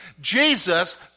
Jesus